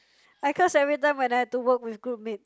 I curse every time when I have to work with group mates